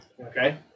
Okay